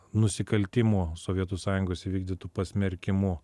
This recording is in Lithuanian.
nusikaltimų sovietų sąjungos įvykdytų pasmerkimu